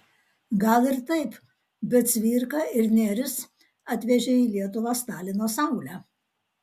gal ir taip bet cvirka ir nėris atvežė į lietuvą stalino saulę